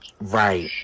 Right